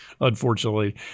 unfortunately